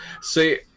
See